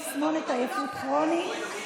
תסמונת עייפות כרונית,